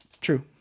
True